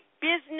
business